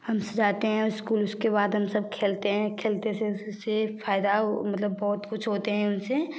हम जाते हैं स्कूल उसके बाद हम सब खेलते हैं खेलते से फायदा मतलब बहुत कुछ होते हैं उनसे